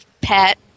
pet